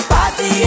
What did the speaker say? Party